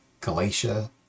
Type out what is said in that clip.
Galatia